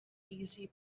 easy